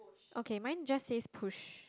okay mine just say push